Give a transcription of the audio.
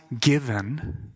given